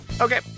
Okay